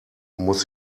muss